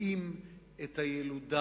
מקפיאים את הילודה